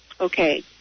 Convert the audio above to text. Okay